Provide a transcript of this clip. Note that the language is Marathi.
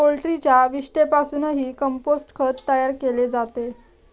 पोल्ट्रीच्या विष्ठेपासूनही कंपोस्ट खत तयार केले जाते